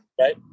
right